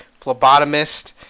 phlebotomist